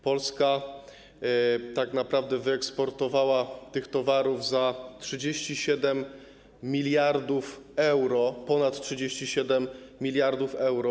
Polska tak naprawdę wyeksportowała tych towarów za 37 mld euro, ponad 37 mld euro.